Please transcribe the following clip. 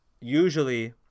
usually